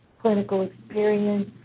clinical experience.